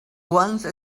once